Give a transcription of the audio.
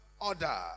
order